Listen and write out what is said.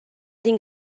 din